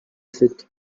faites